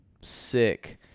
sick